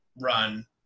run